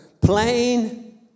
plain